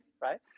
right